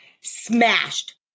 smashed